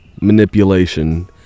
manipulation